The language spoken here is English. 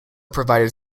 provided